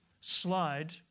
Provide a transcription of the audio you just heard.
slide